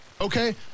okay